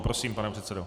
Prosím, pane předsedo.